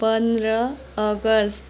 पन्ध्र अगस्त